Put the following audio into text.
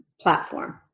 platform